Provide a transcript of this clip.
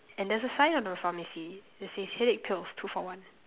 and there's a sign on the pharmacy that says headache pills two for one